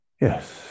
Yes